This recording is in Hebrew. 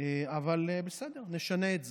אבל בסדר, נשנה את זה.